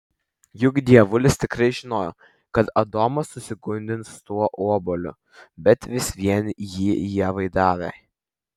juk dievulis tikrai žinojo kad adomas susigundys tuo obuoliu bet vis vien jį ievai davė